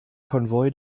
konvoi